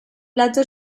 plato